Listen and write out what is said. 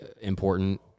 important